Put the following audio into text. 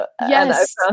Yes